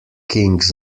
kings